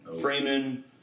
Freeman